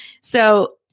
So-